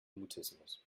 mutismus